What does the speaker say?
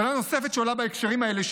טענה נוספת שעולה בהקשרים האלה היא